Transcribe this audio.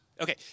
Okay